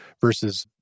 versus